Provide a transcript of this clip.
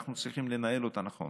אנחנו צריכים לנהל אותה נכון